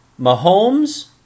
Mahomes